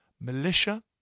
militia